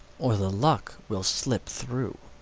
or the luck will slip through.